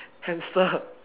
hamster